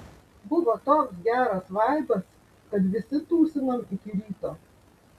buvo toks geras vaibas kad visi tūsinom iki ryto